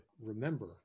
remember